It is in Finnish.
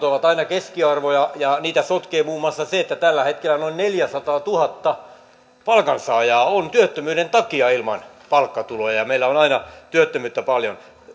ovat aina keskiarvoja ja niitä sotkee muun muassa se että tällä hetkellä noin neljäsataatuhatta palkansaajaa on työttömyyden takia ilman palkkatuloja ja ja meillä on aina työttömyyttä paljon